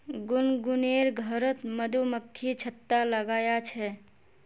गुनगुनेर घरोत मधुमक्खी छत्ता लगाया छे